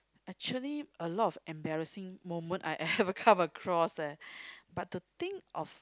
actually a lot of embarrassing moment I had come across eh but to think of